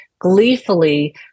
gleefully